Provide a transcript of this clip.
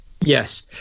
Yes